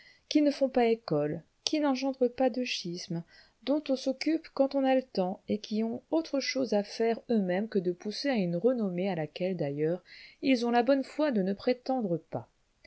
qui ne font pas école qui n'engendrent pas de schismes dont on s'occupe quand on a le temps et qui ont autre chose à faire eux-mêmes que de pousser à une renommée à laquelle d'ailleurs ils ont la bonne foi de ne prétendre pas